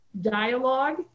dialogue